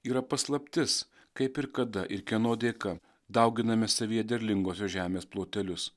yra paslaptis kaip ir kada ir kieno dėka dauginame savyje derlingosios žemės plotelius